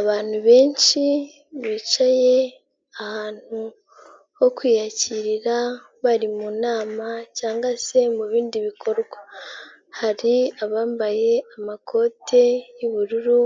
Abantu benshi bicaye ahantu ho kwiyakirira. Bari mu nama cyangwa se mu bindi bikorwa. Hari abambaye amakoti y'ubururu,